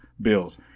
bills